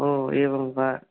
ओ एवं वा